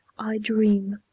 i dream.